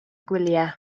gwyliau